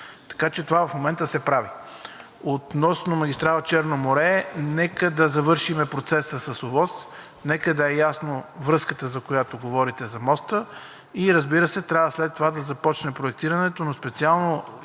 Така че това в момента се прави. Относно магистрала „Черно море“, нека да завършим процеса с ОВОС, нека да е ясна връзката, за която говорите – за моста, и разбира се, трябва след това да започне проектирането, но специално